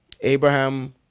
Abraham